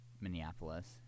minneapolis